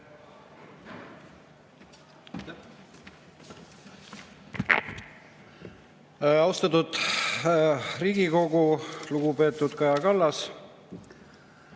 Austatud Riigikogu! Lugupeetud Kaja Kallas!